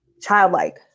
childlike